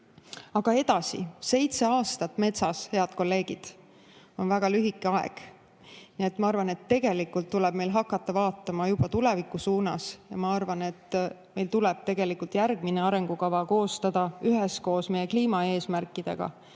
Aga edasi. Seitse aastat, head kolleegid, on metsas väga lühike aeg. Nii et ma arvan, et tegelikult tuleb meil hakata vaatama juba tuleviku suunas, ja ma arvan, et meil tuleb järgmine arengukava koostada üheskoos meie kliimaeesmärkidega,